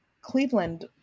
Cleveland